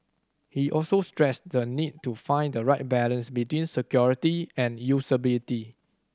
he also stressed the need to find the right balance between security and usability